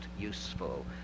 useful